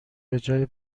بجای